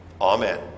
Amen